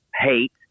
hate